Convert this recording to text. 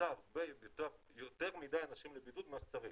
מכניסה יותר מדי אנשים לבידוד ממה שצריך.